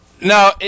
No